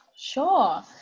Sure